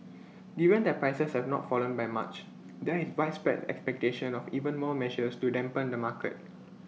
given that prices have not fallen by much there is widespread expectation of even more measures to dampen the market